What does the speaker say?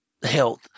health